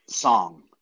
Song